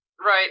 Right